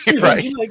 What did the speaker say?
Right